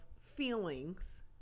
feelings